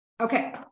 Okay